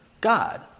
God